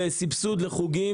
סבסוד של חוגים.